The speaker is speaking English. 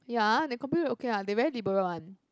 ya the company okay one they very liberal one